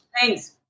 Thanks